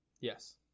Yes